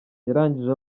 yarangije